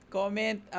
comment